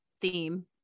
theme